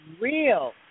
Real